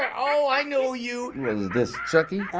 and oh, i know you. what, is this chucky?